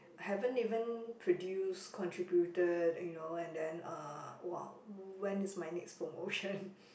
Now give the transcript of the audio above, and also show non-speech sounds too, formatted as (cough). haven't even produce contributed you know and then uh !wow! when is my next promotion (laughs)